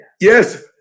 Yes